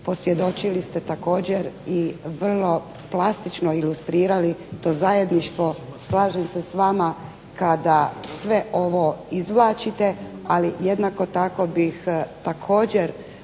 posvjedočili ste također i vrlo plastično ilustrirali to zajedništvo. Slažem se s vama kada sve ovo izvlačite, ali jednako tako bih također